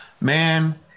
man